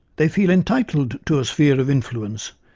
they feel entitled to a sphere of influence,